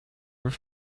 rif